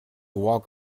walk